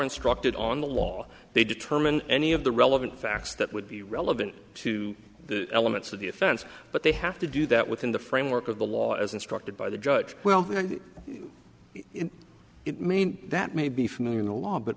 instructed on the law they determine any of the relevant facts that would be relevant to the elements of the offense but they have to do that within the framework of the law as instructed by the judge well in maine that may be familiar in the law but